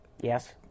Yes